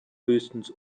höchstens